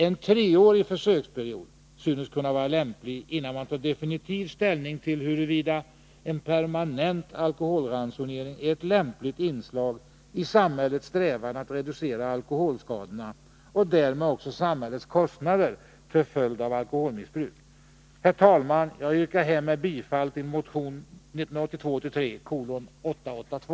En treårig försöksperiod synes vara lämplig, innan man tar definitiv ställning till huruvida en permanent alkoholransonering är ett lämpligt inslag i samhällets strävan att reducera alkoholskadorna och därmed också samhällets kostnader till följd av alkoholmissbruk. Herr talman! Jag yrkar härmed bifall till motion 1982/83:882.